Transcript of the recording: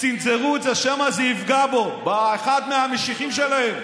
צנזרו את זה שמא זה יפגע בו, באחד מהמשיחים שלהם.